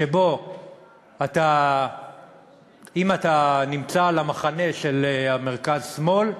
שבו אם אתה נמצא במחנה של המרכז-שמאל,